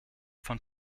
von